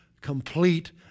complete